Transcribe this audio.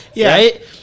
right